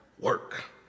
work